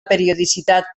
periodicitat